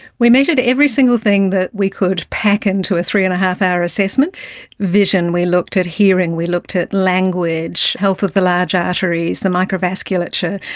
we measured every single thing that we could pack in to a three. and five our assessment vision, we looked at hearing, we looked at language, health of the large arteries, the microvasculature,